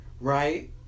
Right